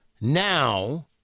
Now